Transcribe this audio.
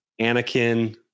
Anakin